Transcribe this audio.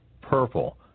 purple